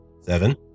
Seven